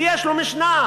כי יש לו משנה,